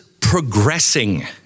progressing